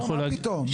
לא, מה פתאום.